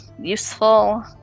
Useful